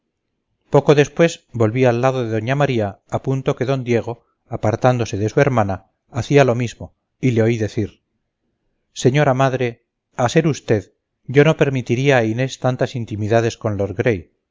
poco después volví al lado de doña maría a punto que don diego apartándose de su hermana hacía lo mismo y le oí decir señora madre a ser usted yo no permitiría a inés tantas intimidades con lord